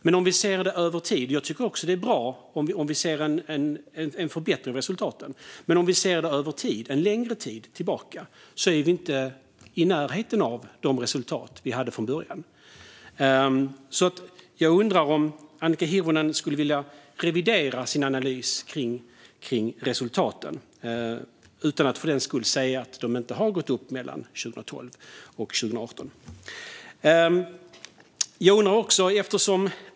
Jag tycker också att det är bra om vi ser en förbättring av resultaten. Men sett över en längre tid är vi inte i närheten av de resultat vi hade från början. Jag undrar om Annika Hirvonen skulle vilja revidera sin analys kring resultaten utan att för den skull säga att de inte gick upp mellan 2012 och 2018.